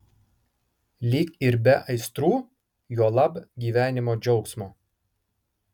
lyg ir be aistrų juolab gyvenimo džiaugsmo